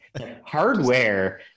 hardware